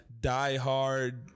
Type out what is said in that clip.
diehard